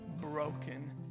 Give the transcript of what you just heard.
broken